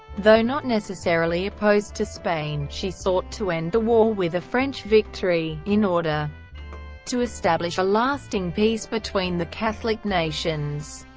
though not necessarily opposed to spain, she sought to end the war with a french victory, in order to establish a lasting peace between the catholic nations.